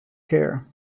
care